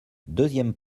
deuxième